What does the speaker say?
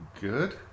good